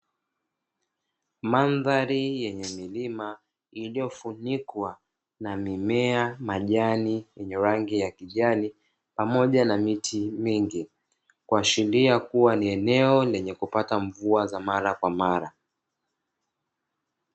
Mandhari yenye milima iliyofunikwa na mimea, majani yenye rangi ya kijani pamoja na miti mingi kuashiria kuwa ni eneo linalopata mvua mara kwa mara.